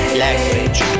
language